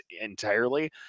entirely